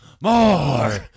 More